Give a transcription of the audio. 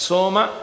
Soma